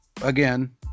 again